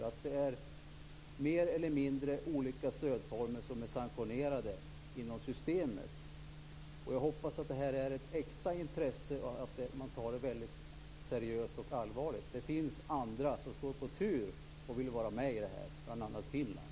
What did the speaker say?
Det finns, mer eller mindre, olika stödformer som är sanktionerade inom systemet. Jag hoppas att det här är ett äkta intresse och att man tar det väldigt seriöst och allvarligt. Det finns andra som står på tur och vill vara med i det här, bl.a. Finland.